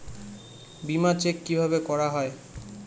বিমা চেক কিভাবে করা হয়?